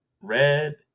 Red